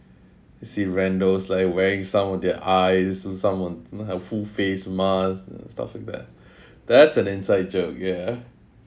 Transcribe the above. you see randos like wearing some on their eyes some on you know like full face mask and stuff like that that's an inside joke ya